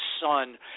son